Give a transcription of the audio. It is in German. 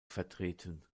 vertreten